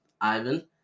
Ivan